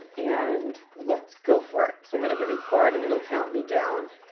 and let's go for it. so i'm gonna hit record, and it'll count me down